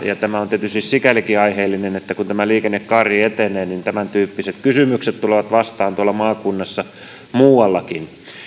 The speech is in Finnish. tämä on tietysti sikälikin aiheellinen että kun tämä liikennekaari etenee niin tämäntyyppiset kysymykset tulevat vastaan tuolla maakunnassa muuallakin